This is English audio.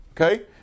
Okay